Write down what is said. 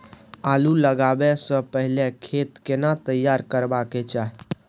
आलू लगाबै स पहिले खेत केना तैयार करबा के चाहय?